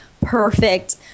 perfect